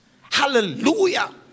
Hallelujah